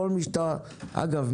אגב,